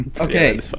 okay